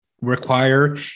require